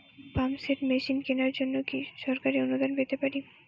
Pump set machine কেনার জন্য কি সরকারি অনুদান পেতে পারি?